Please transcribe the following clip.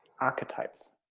archetypes